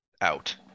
out